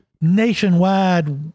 nationwide